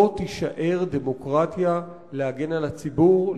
לא תישאר דמוקרטיה להגן על הציבור,